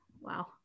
Wow